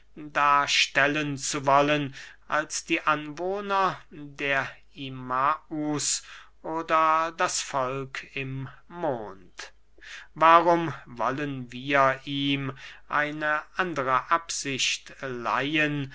darstellen zu wollen als die anwohner des imaus oder das volk im mond warum wollen wir ihm eine andere absicht leihen